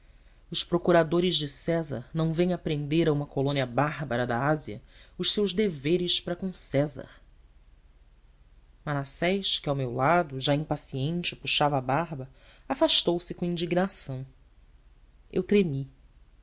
os procuradores de césar não vêm aprender a uma colônia bárbara da ásia os seus deveres para com césar manassés que ao meu lado já impaciente puxava a barba afastou-se com indignação eu tremi